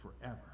forever